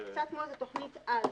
זו קצת כמו איזו תוכנית על.